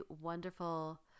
wonderful